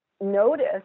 notice